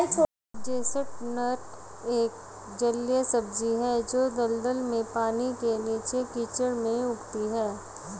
chestnut एक जलीय सब्जी है जो दलदल में, पानी के नीचे, कीचड़ में उगती है